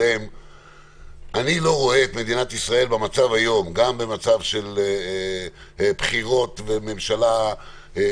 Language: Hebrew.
אני לא רואה את ישראל בתקופה של בחירות וקורונה